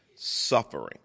suffering